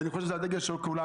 ואני חושב שזה הדגל של כולנו.